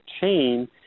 chain